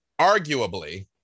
Arguably